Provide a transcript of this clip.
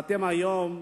והיום אתם,